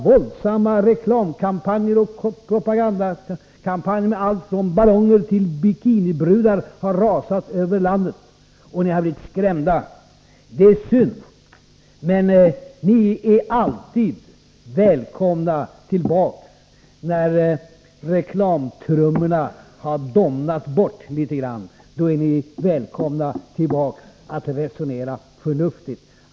Våldsamma reklamkampanjer och propagandakampanjer med allt från ballonger till bikinibrudar har rasat över landet, och ni har blivit skrämda. Det är synd. Men ni är alltid välkomna tillbaka. När ljudet från reklamtrummorna har dämpats litet grand, är ni välkomna tillbaka för att resonera förnuftigt.